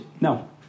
No